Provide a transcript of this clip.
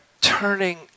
turning